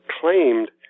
claimed